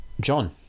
John